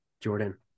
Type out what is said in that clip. jordan